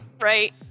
Right